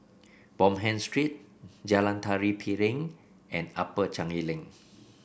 Bonham Street Jalan Tari Piring and Upper Changi Link